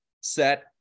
set